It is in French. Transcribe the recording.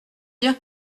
dire